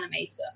animator